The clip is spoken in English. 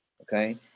Okay